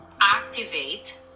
activate